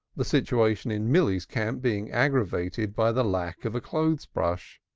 the situation in milly's camp being aggravated by the lack of a clothes-brush.